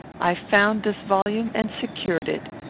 i found this volume and secured it.